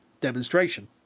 demonstration